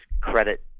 credit